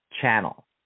channel